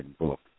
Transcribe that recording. book